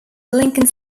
lincoln